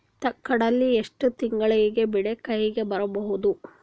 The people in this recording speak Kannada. ಕಡಲಿ ಎಷ್ಟು ತಿಂಗಳಿಗೆ ಬೆಳೆ ಕೈಗೆ ಬರಬಹುದು?